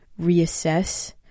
reassess